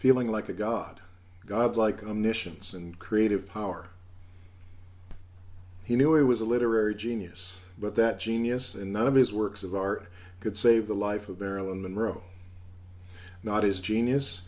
feeling like a god god like omniscience and creative power he knew it was a literary genius but that genius and none of his works of art could save the life of marilyn monroe not his genius